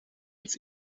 ins